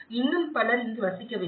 ஆனால் இன்னும் பலர் இங்கு வசிக்கவில்லை